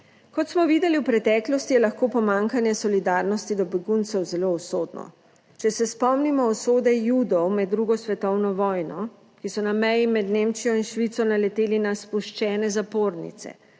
Kot smo videli v preteklosti, je lahko pomanjkanje solidarnosti do beguncev zelo usodno, če se spomnimo usode Judov med II. svetovno vojno, ki so na meji med Nemčijo in Švico naleteli na spuščene zapornice.